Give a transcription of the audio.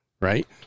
right